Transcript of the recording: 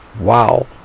Wow